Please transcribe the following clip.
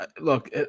look